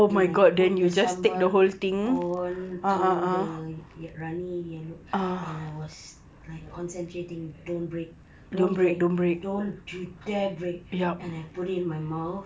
and you put the sambal onto the runny yellow and I was like concentrating don't break don't break don't you dare break and I put it in my mouth